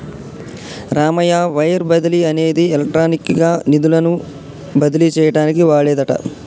Ramayya wire బదిలీ అనేది electronic గా నిధులను బదిలీ చేయటానికి వాడేదట